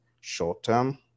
Short-term